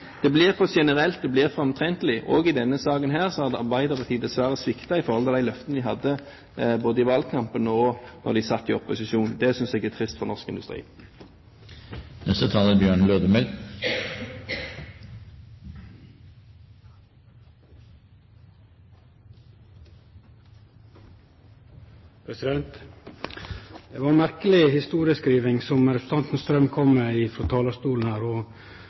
Det blir for generelt, det blir for omtrentlig. Også i denne saken har Arbeiderpartiet dessverre sviktet på alle de løftene de hadde både i valgkampen og da de satt i opposisjon. Det synes jeg er trist for norsk industri. Det var ei merkeleg historieskriving som representanten Strøm kom med frå talarstolen, og også det tilbakeblikket han hadde i forhold til kva som skjedde både i 2004 og